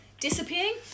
Disappearing